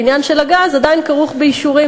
העניין של הגז עדיין כרוך באישורים,